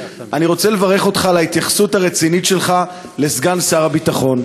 אני רוצה לברך אותך על ההתייחסות הרצינית שלך לסגן שר הביטחון,